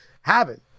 happen